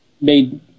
made